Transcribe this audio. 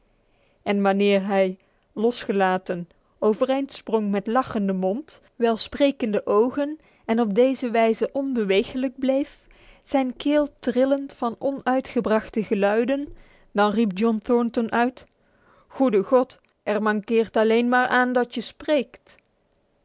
e wanneer hij losgelaten overeind sprong met lachende mond welsprekende ogen en op deze wijze onbeweeglijk bleef zijn keel trillend van onuitgebrachte geluiden dan riep john thornton uit goede god er mankeert alleen maar aan dat je spreekt